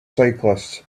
cyclists